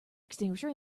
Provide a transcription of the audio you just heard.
extinguisher